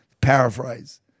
paraphrase